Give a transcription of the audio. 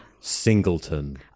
singleton